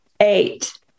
eight